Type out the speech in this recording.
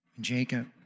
Jacob